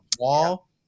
wall